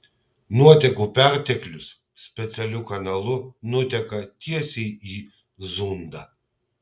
nuotekų perteklius specialiu kanalu nuteka tiesiai į zundą